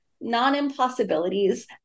non-impossibilities